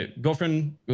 girlfriend